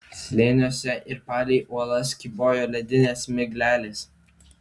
slėniuose ir palei uolas kybojo ledinės miglelės